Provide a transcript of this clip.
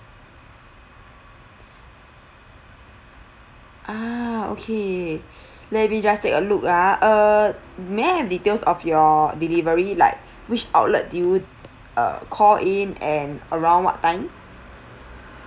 ah okay let me just take a look ah err may I have details of your delivery like which outlet do you uh call in and around what time